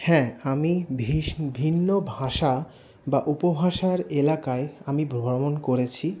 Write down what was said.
হ্যাঁ আমি ভিন্ন ভাষা বা উপভাষার এলাকায় আমি ভ্রমণ করেছি